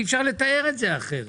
אי-אפשר לתאר את זה אחרת.